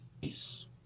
Peace